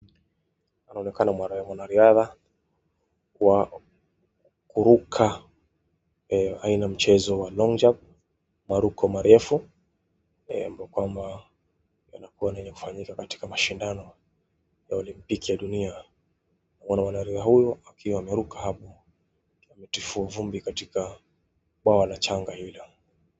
Anaonekana mwanariadha kwa kuruka aina mchezo wa long jump maruko marefu yanayofanyika kwenye mashindano ya olimpiki ya dunia. Mwa nariadha huyo akiwa ameruka hapo na kutifua uvumbi katika bo la changa hilo.